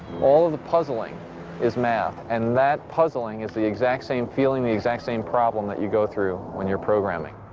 all of the puzzling is math, and that puzzling is the exact same feeling the exact same problem that you go through when you're programming.